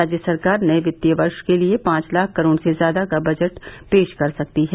राज्य सरकार नये वित्तीय वर्ष के लिये पांच लाख करोड़ से ज्यादा का बजट पेश कर सकती है